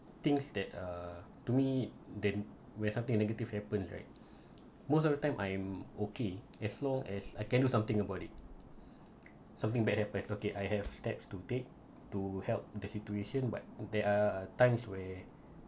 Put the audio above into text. things that uh to me than where something that negative happens right most of the time I'm okay as long as I can do something about it something bad happens okay I have steps to take to help the situation what there are times where